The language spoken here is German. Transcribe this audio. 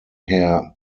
herr